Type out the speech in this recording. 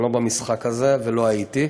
אני לא במשחק הזה ולא הייתי,